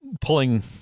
pulling